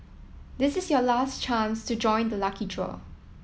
this is your last chance to join the lucky draw